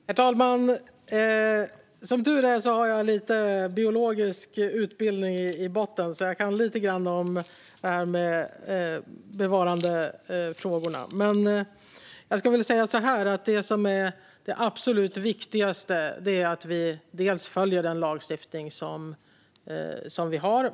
Herr talman! Som tur är har jag lite biologisk utbildning i botten. Jag kan alltså lite grann om bevarandefrågor. Det som är absolut viktigast är att vi följer den lagstiftning vi har.